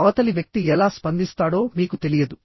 అవతలి వ్యక్తి ఎలా స్పందిస్తాడో మీకు తెలియదు